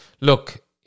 look